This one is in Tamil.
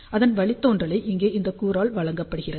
அதன் வழிதோன்றலை இங்கே இந்த கூறால் வழங்கப்படுகிறது